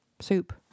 soup